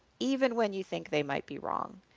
even when you think they might be wrong.